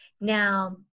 Now